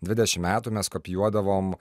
dvidešimt metų mes kopijuodavom